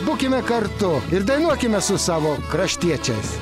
būkime kartu ir dainuokime su savo kraštiečiais